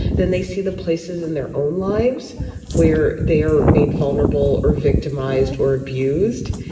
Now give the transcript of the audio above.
then they see the places in their own lives where they are made vulnerable or victimized or abused.